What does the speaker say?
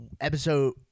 episode